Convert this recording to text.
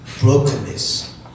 Brokenness